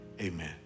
amen